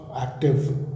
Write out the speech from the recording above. active